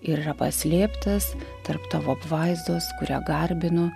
ir yra paslėptas tarp tavo apvaizdos kurią garbinu